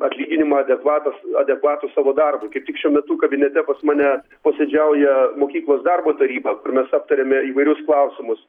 atlyginimą adekvatas adekvatų savo darbui kaip tik šiuo metu kabinete pas mane posėdžiauja mokyklos darbo taryba kur mes aptariame įvairius klausimus